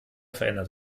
verändert